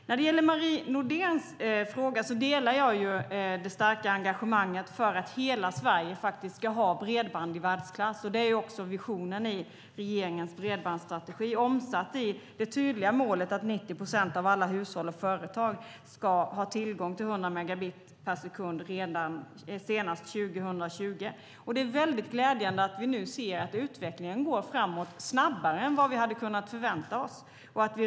När det gäller Marie Nordéns fråga delar jag det starka engagemanget för att hela Sverige ska ha bredband i världsklass. Det är också visionen i regeringens bredbandsstrategi omsatt i det tydliga målet att 90 procent av alla hushåll och företag ska ha tillgång till 100 megabit per sekund senast 2020. Det är glädjande att vi nu ser att utvecklingen går framåt snabbare än vad vi hade kunnat förvänta oss.